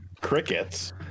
crickets